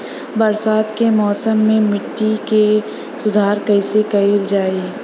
बरसात के मौसम में मिट्टी के सुधार कईसे कईल जाई?